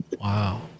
Wow